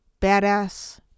Badass